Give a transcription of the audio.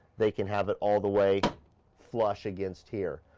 they can have it all the way flash against here.